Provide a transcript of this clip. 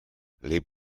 les